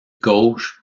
gauche